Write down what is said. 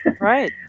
Right